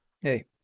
hey